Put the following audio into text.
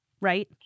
Right